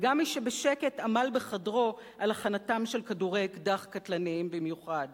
וגם מי שבשקט עמל בחדרו על הכנתם של כדורי אקדח קטלניים במיוחד.